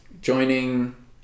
joining